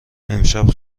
امشب